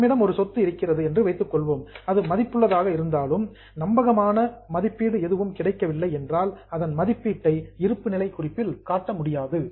நம்மிடம் ஒரு சொத்து இருக்கிறது என்று வைத்துக் கொள்வோம் அது மதிப்புள்ளதாக இருந்தாலும் ரிலையபில் நம்பகமான எஸ்டிமேஷன் மதிப்பீடு எதுவும் கிடைக்கவில்லை என்றால் அதன் மதிப்பீட்டை பேலன்ஸ் ஷீட் இருப்புநிலை குறிப்பில் காட்ட முடியாது